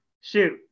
shoot